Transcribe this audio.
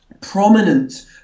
prominent